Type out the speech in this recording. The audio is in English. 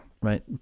Right